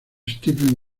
steven